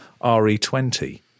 RE20